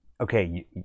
okay